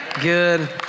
Good